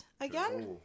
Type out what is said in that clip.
again